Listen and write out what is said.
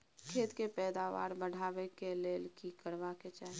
खेत के पैदावार बढाबै के लेल की करबा के चाही?